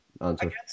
answer